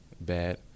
bad